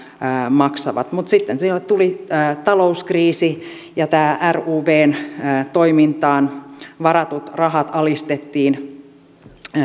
maksavat mutta sitten sinne tuli talouskriisi ja nämä ruvn toimintaan varatut rahat alistettiin